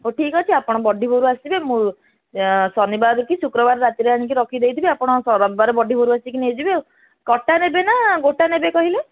ହଉ ଠିକ୍ ଅଛି ଆପଣ ବଡ଼ିଭୋରୁ ଆସିବେ ମୁଁ ଶନିବାର କି ଶୁକ୍ରବାର ରାତିରେ ଆଣିକି ରଖିଦେଇଥିବି ଆପଣ ରବିବାର ବଡ଼ିଭୋରୁ ଆସିକି ନେଇଯିବେ ଆଉ କଟା ନେବେ ନା ଗୋଟା ନେବେ କହିଲେ